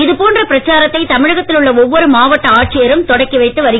இதுபோன்ற பிரச்சாரத்தை தமிழகத்தில் உள்ள ஒவ்வொரு மாவட்ட ஆட்சியரும் தொடங்கி வைத்து வருகின்றனர்